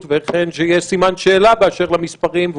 וייתכן שיהיה סימן שאלה באשר למספרים.